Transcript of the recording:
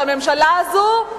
שהממשלה הזאת,